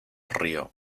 río